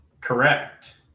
correct